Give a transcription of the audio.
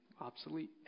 obsolete